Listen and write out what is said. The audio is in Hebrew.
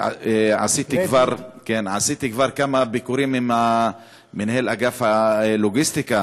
ועשיתי כבר כמה ביקורים עם מנהל אגף הלוגיסטיקה